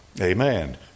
Amen